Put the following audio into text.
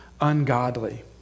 ungodly